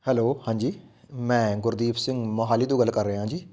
hello ਹਾਂਜੀ ਮੈਂ ਗੁਰਦੀਪ ਸਿੰਘ ਮੋਹਾਲੀ ਤੋਂ ਗੱਲ ਕਰ ਰਿਹਾ ਜੀ